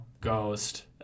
ghost